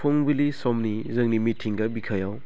फुंबिलि समनि जोंनि मिथिंगा बिखायाव